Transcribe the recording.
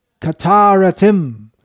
kataratim